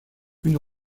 une